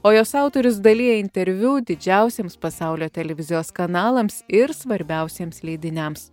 o jos autorius dalija interviu didžiausiems pasaulio televizijos kanalams ir svarbiausiems leidiniams